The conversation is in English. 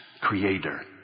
Creator